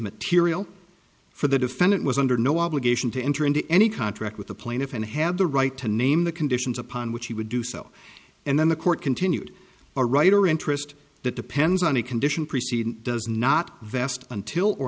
material for the defendant was under no obligation to enter into any contract with the plaintiff and have the right to name the conditions upon which he would do so and then the court continued or right or interest that depends on the condition preceding does not vest until or